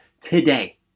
today